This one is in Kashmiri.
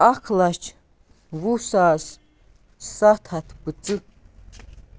اکھ لَچھ وُہ ساس سَتھ ہَتھ پٔنژاہ